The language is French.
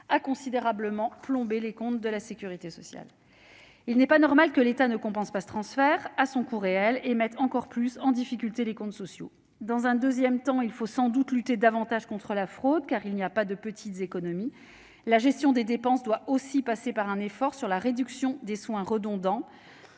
a considérablement plombé les comptes de la sécurité sociale. Il n'est pas normal que l'État ne compense pas ce transfert à son coût réel, mettant encore plus en difficulté les comptes sociaux. Dans un second temps, il faut sans doute lutter davantage contre la fraude, car il n'y a pas de petites économies. La gestion des dépenses doit aussi passer par un effort sur la réduction des soins redondants,